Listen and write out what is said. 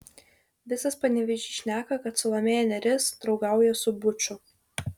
visas panevėžys šneka kad salomėja nėris draugauja su buču